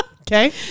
Okay